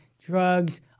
drugs